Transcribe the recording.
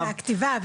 אנחנו חלק מהכתיבה,